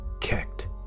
kicked